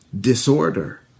Disorder